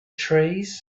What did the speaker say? trees